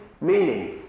meaning